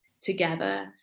together